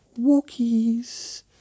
walkies